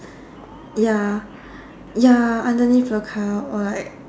ya ya underneath the car or like